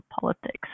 politics